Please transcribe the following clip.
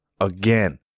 Again